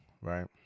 right